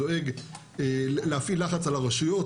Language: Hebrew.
דואג להפעיל לחץ על הרשויות,